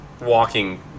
walking